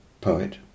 poet